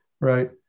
Right